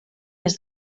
des